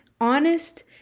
honest